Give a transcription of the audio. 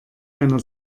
einer